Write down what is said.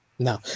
No